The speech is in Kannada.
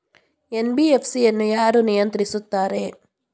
ಎನ್.ಬಿ.ಎಫ್.ಸಿ ಅನ್ನು ಯಾರು ನಿಯಂತ್ರಿಸುತ್ತಾರೆ?